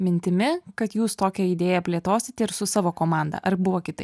mintimi kad jūs tokią idėją plėtosite ir su savo komanda ar buvo kitaip